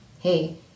Hey